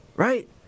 Right